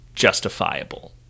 justifiable